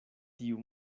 tiu